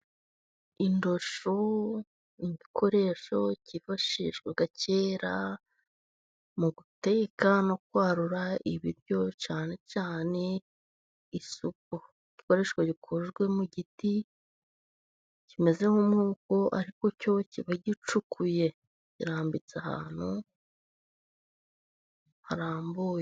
Indosho igikoresho kifashishwaga kera, mu guteka no kwarura ibiryo, cyane cyane isuku, igikoresho gikozwe mu giti, kimeze nk'umuko ariko cyo kiba gicukuye, irambitse ahantu harambuye.